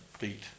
beat